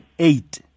Eight